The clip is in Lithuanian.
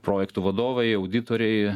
projektų vadovai auditoriai